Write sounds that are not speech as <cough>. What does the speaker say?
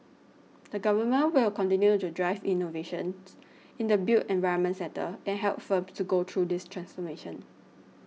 <noise> the Government will continue to drive innovations in the built environment sector and help firms to go through this transformation